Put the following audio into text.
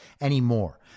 anymore